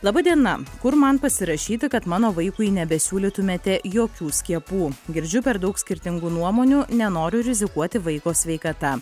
laba diena kur man pasirašyti kad mano vaikui nebesiūlytumėte jokių skiepų girdžiu per daug skirtingų nuomonių nenoriu rizikuoti vaiko sveikata